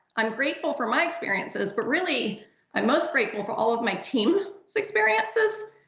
i'm grateful for my experiences. but really, i'm most grateful for all of my team's experiences.